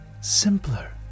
simpler